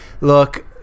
look